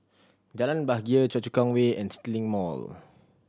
Jalan Bahagia Choa Chu Kang Way and CityLink Mall